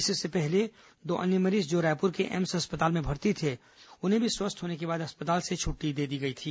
इससे पहले दो अन्य मरीज जो रायपुर के एम्स अस्पताल में भर्ती थे उन्हें भी स्वस्थ होने के बाद अस्पताल से छुट्टी दे दी गई थी